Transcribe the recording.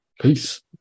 peace